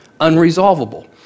unresolvable